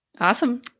Awesome